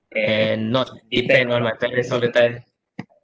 and not depend on my parents all the time